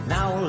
Now